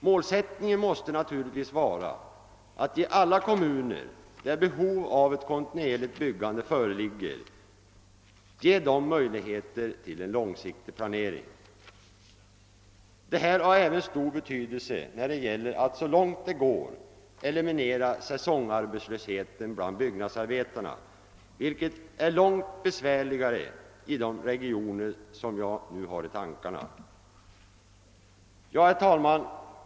Målsättningen måste naturligtvis vara att ge alla kommuner, där behov av ett kontinuerligt byggande föreligger, möjlighet till en långsiktig planering. Detta har även stor betydelse när det gäller att så långt det går = eliminera <säsongarbetslösheten bland byggnadsarbetarna, vilket är mycket besvärligare i de regioner som jag nu har i tankarna än på andra håll. Herr talman!